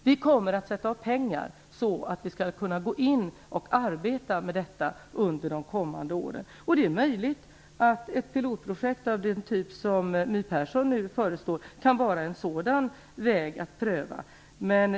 Vi kommer att sätta av pengar så att man kan arbeta med detta under de kommande åren. Det är möjligt att ett pilotprojekt av den typ som My Persson nu föreslår kan vara en väg att pröva.